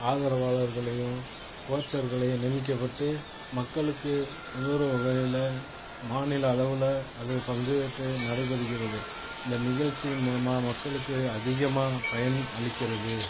ஆதரவாளர்களையும் கோச்சர்களையும் நியமிக்கப்பட்டு மக்களுக்கு உதவுகிற வகையில் மாநில அளவில் அது பங்கு பெற்று நடைபெறுகிறது இந்த நிகழ்ச்சியின் மூலமாக மக்களுக்கு அதிகமாக பயன் அளிக்கிறது